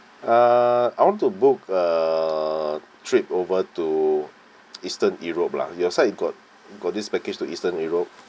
uh I want to book uh trip over to eastern europe lah your side got got this package to eastern europe